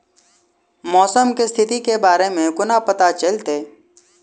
मौसम केँ स्थिति केँ बारे मे कोना पत्ता चलितै?